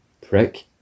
Prick